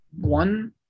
one